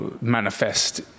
manifest